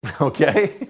Okay